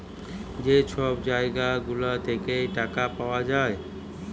যে ছব জায়গা গুলা থ্যাইকে টাকা পাউয়া যায়